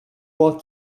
what